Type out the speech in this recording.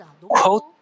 quote